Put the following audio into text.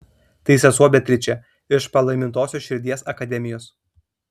tai sesuo beatričė iš palaimintosios širdies akademijos